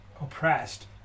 oppressed